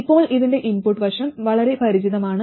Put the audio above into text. ഇപ്പോൾ ഇതിന്റെ ഇൻപുട്ട് വശം വളരെ പരിചിതമാണ്